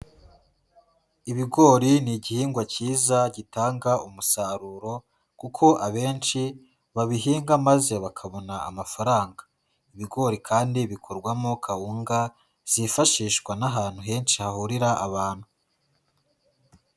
Ibigori ni igihingwa kiza gitanga umusaruro, kuko abenshi babihinga maze bakabona amafaranga, ibigori kandi bikorwamo kawunga, zifashishwa n'ahantu henshi hahurira abantu.